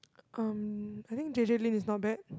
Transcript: um I think J_J-Lin is not bad